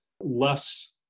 less